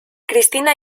cristina